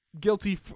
guilty